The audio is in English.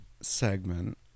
segment